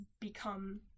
become